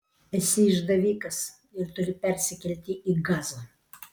esi išdavikas ir turi persikelti į gazą